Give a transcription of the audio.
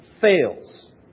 fails